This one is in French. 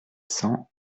cents